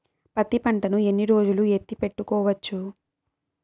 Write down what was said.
పత్తి పంటను ఎన్ని రోజులు ఎత్తి పెట్టుకోవచ్చు?